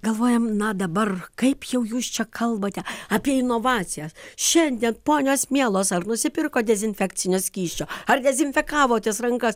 galvojam na dabar kaip jau jūs čia kalbate apie inovacijas šiandien ponios mielos ar nusipirkot dezinfekcinio skysčio ar dezinfekavotės rankas